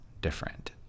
different